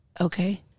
Okay